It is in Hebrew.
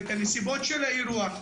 ואת הנסיבות של האירוע.